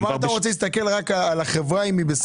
כלומר אתה רוצה להסתכל רק על החברה אם היא בסדר.